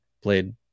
played